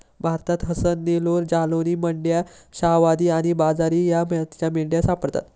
भारतात हसन, नेल्लोर, जालौनी, मंड्या, शाहवादी आणि बजीरी या जातींच्या मेंढ्या सापडतात